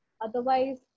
otherwise